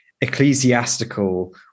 ecclesiastical